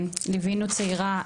ליווינו צעירה,